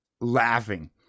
laughing